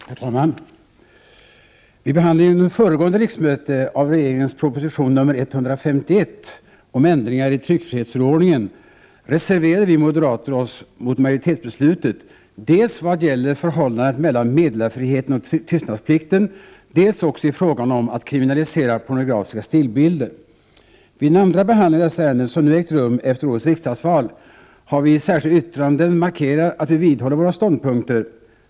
Herr talman! Vid behandlingen under föregående riksmöte av regeringens proposition 151 om ändringar i tryckfrihetsförordningen reserverade vi moderater oss mot majoritetsbeslutet, dels vad gäller förhållandet mellan meddelarfriheten och tystnadsplikten, dels också i frågan om att kriminalisera pornografiska stillbilder. Vid den andra behandlingen av dessa ärenden, som ägt rum efter årets riksdagsval, har vi i särskilda yttranden markerat att vi vidhåller våra ståndpunkter.